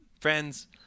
friends